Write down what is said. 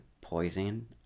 poison